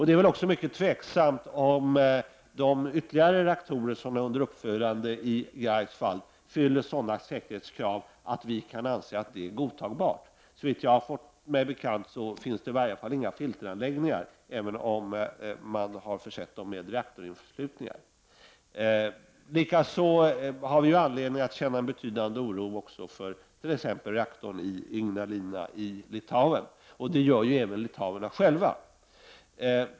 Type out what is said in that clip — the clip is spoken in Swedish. Det är väl också tveksamt om de ytterligare reaktorer som nu är under uppförande i Greifswald fyller sådana säkerhetskrav att vi kan anse att det är godtagbart. Såvitt jag har fått mig bekant så finns det i varje fall inga filteranläggningar, även om man har försett dem med reaktorinneslutningar. Vi har även anledning att känna betydande oro inför t.ex. reaktorn i Ignalina i Litauen, och det gör ju också litauerna själva.